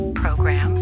program